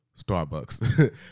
Starbucks